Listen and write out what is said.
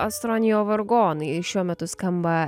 astronio vargonai šiuo metu skamba